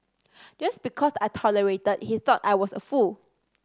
just because I tolerated he thought I was a fool